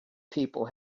people